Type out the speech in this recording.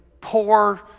poor